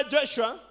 Joshua